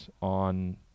on